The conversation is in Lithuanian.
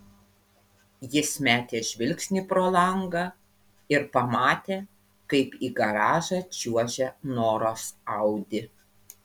jis metė žvilgsnį pro langą ir pamatė kaip į garažą čiuožia noros audi